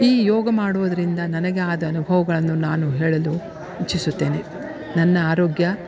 ಈ ಯೋಗ ಮಾಡುವುದರಿಂದ ನನಗೆ ಆದ ಅನುಭವಗಳನ್ನು ನಾನು ಹೇಳಲು ಇಚ್ಛಿಸುತ್ತೇನೆ ನನ್ನ ಆರೋಗ್ಯ